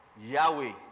Yahweh